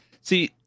see